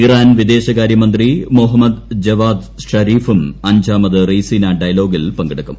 Iran വിദേശകാര്യ മന്ത്രി Mohammad Javad സാരിഫും അഞ്ചാമത് റെയ്സിന ഡയലോഗിൽ പങ്കെടുക്കും